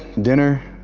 dinner,